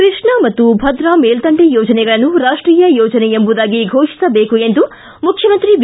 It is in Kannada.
ಕೃಷ್ಣಾ ಮತ್ತು ಭದ್ರಾ ಮೇಲ್ಲಂಡೆ ಯೋಜನೆಗಳನ್ನು ರಾಷ್ಷೀಯ ಯೋಜನೆ ಎಂಬುದಾಗಿ ಘೋಷಸಬೇಕು ಎಂದು ಮುಖ್ಯಮಂತ್ರಿ ಬಿ